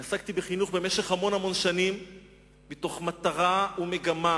אני עסקתי בחינוך במשך המון שנים מתוך מטרה ומגמה